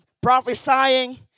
prophesying